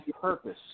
purpose